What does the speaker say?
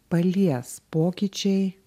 palies pokyčiai